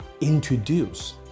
Introduce